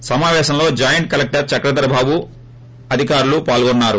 ఈ సమాపేశంలో joint collector Chakradhar Babu అధికారులు పాల్గొన్నారు